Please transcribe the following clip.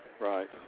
Right